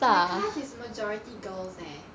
my class is majority girls eh